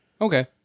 Okay